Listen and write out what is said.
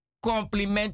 Compliment